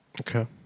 Okay